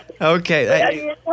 Okay